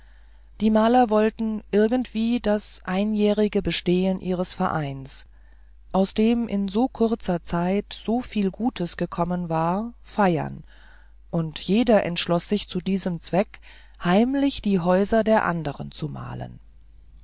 die maler wollten irgendwie das einjährige bestehen ihres vereines aus dem in so kurzer zeit soviel gutes gekommen war feiern und jeder entschloß sich zu diesem zweck heimlich die häuser der anderen zu malen